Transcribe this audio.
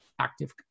active